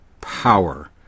power